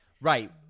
Right